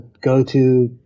go-to